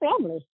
family